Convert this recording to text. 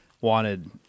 wanted